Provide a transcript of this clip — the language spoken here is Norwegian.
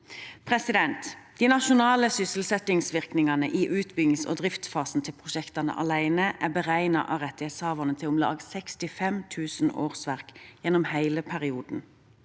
Europa. De nasjonale sysselsettingsvirkningene i utbyggings- og driftsfasen til prosjektene alene er av rettighetshaverne beregnet til om lag 65 000 årsverk gjennom hele perioden.